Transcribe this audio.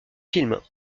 film